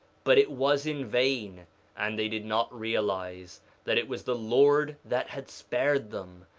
but it was in vain and they did not realize that it was the lord that had spared them,